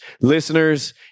Listeners